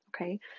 okay